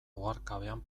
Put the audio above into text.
oharkabean